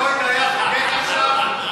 פרויד היה חוגג עכשיו,